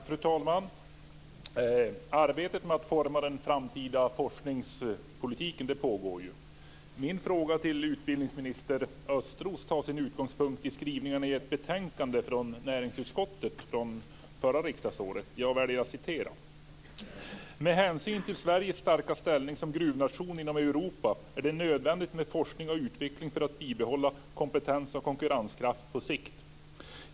Fru talman! Arbetet med att forma den framtida forskningspolitiken pågår ju. Min fråga till utbildningsminister Östros tar sin utgångspunkt i skrivningarna i ett betänkande från näringsutskottet från det förra riksdagsåret. Jag väljer att citera: "Med hänsyn till Sveriges starka ställning som gruvnation inom Europa är det nödvändigt med forskning och utveckling för att bibehålla kompetens och konkurrenskraft på sikt.